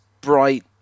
bright